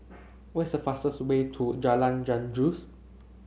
what is the fastest way to Jalan Janggus